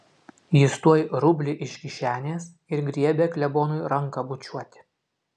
jis tuoj rublį iš kišenės ir griebia klebonui ranką bučiuoti